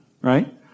Right